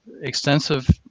extensive